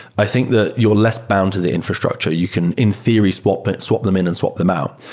i think that you're less bound to the infrastructure. you can, in theory, swap but swap them in and swap them out,